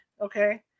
okay